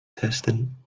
testing